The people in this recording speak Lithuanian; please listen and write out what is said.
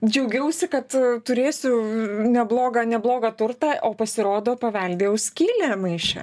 džiaugiausi kad turėsiu neblogą neblogą turtą o pasirodo paveldėjau skylę maiše